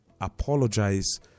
apologize